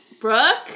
Brooke